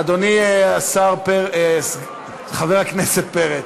אדוני חבר הכנסת פרץ,